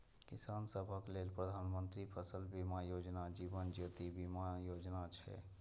किसान सभक लेल प्रधानमंत्री फसल बीमा योजना, जीवन ज्योति बीमा योजना छै